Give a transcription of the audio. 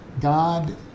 God